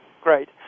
Great